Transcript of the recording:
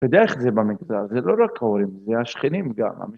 בדרך כלל זה במגזר, זה לא רק ההורים, זה השכנים גם.